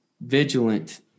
vigilant